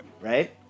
right